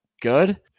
good